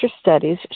studies